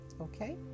Okay